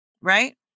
right